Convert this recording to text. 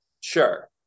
Sure